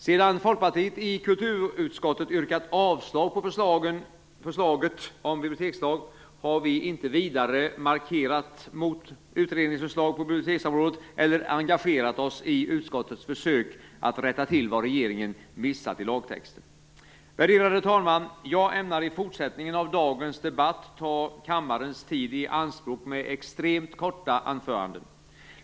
Sedan Folkpartiet i kulturutskottet yrkat avslag på förslaget om bibliotekslag, har vi inte vidare markerat mot utredningsförslag på biblioteksområdet eller engagerat oss i utskottets försök att rätta till vad regeringen missat i lagtexten. Värderade talman! Jag ämnar i fortsättningen av dagens debatt ta kammarens tid i anspråk endast med extremt korta anföranden.